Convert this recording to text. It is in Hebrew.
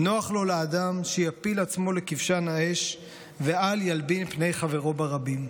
"נוח לו לאדם שיפיל עצמו לכבשן האש ואל ילבין פני חברו ברבים".